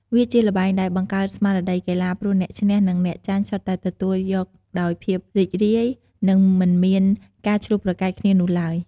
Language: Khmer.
វាជាល្បែងដែលបង្កើន ស្មារតីកីឡា ព្រោះអ្នកឈ្នះនិងអ្នកចាញ់សុទ្ធតែទទួលយកដោយភាពរីករាយ និងមិនមានការឈ្លោះប្រកែកគ្នានោះឡើយ។